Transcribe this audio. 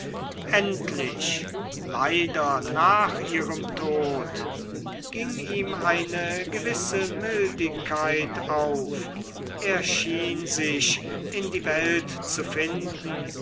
endlich leider nach ihrem tod ging ihm eine gewisse mildigkeit auf er schien sich in die welt zu finden